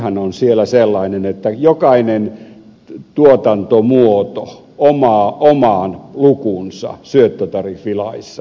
syöttötariffilakihan on siellä sellainen että jokaisella tuotantomuodolla on oma lukunsa